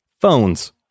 Phones